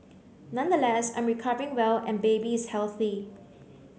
nonetheless I'm recovering well and baby is healthy